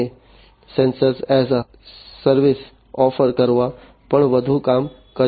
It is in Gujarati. અમે સેન્સર એસ એ સેવા ઓફર કરવા પર ઘણું કામ કર્યું છે